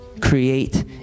create